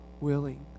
willing